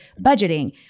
budgeting